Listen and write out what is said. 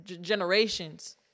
generations